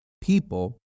people